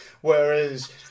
Whereas